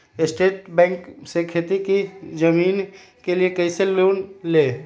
State bank से खेती की जमीन के लिए कैसे लोन ले?